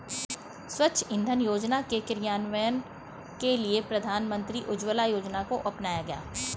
स्वच्छ इंधन योजना के क्रियान्वयन के लिए प्रधानमंत्री उज्ज्वला योजना को अपनाया गया